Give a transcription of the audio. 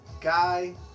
Guy